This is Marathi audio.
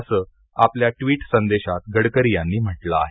असं आपल्या ट्वीट संदेशात गडकरी यांनी म्हटलं आहे